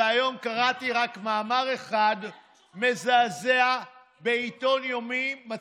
היום קראתי מאמר מזעזע בעיתון יומי על